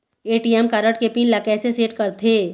ATM card के pin ला कैसे सेट करथे?